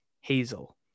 Hazel